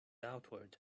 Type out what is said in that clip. outward